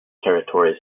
territories